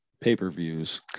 pay-per-views